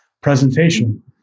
presentation